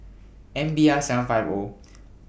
M B R seven five O